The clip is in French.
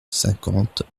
cinquante